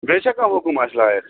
بیٚیہِ چھا کانٛہہ حُکُم اَسہِ لایِق